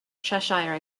cheshire